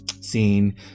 scene